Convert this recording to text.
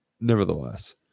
nevertheless